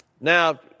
Now